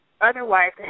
Otherwise